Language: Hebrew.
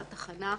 לתחנה,